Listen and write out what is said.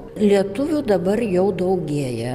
lietuvių dabar jau daugėja